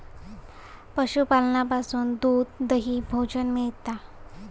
पशूपालनासून दूध, दही, भोजन मिळता